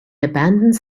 abandons